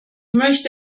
möchte